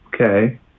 okay